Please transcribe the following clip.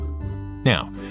Now